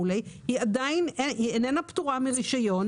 עדיין היא איננה פטורה מרישיון.